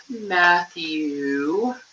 Matthew